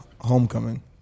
Homecoming